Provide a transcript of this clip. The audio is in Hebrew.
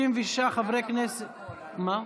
(תיקון,